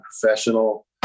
professional